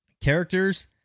Characters